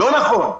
לא נכון.